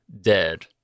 dead